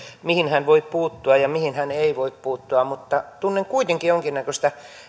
mihin hän voi puuttua ja mihin hän ei voi puuttua mutta tunnen kuitenkin jonkinnäköistä